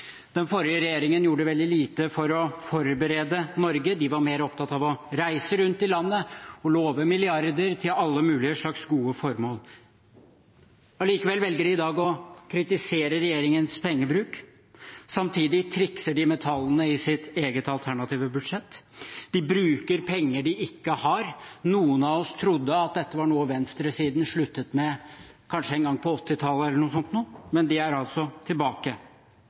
Den forrige regjeringen gjorde veldig lite for å forberede Norge. De var mer opptatt av å reise rundt i landet og love milliarder til alle mulige slags gode formål. Allikevel velger de i dag å kritisere regjeringens pengebruk. Samtidig trikser de med tallene i sitt eget alternative budsjett. De bruker penger de ikke har. Noen av oss trodde dette var noe venstresiden sluttet med kanskje en gang på 1980-tallet eller noe sånt – men det er altså tilbake.